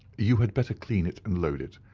you had better clean it and load it.